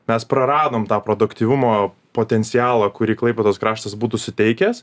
mes praradom tą produktyvumo potencialą kurį klaipėdos kraštas būtų suteikęs